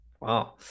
wow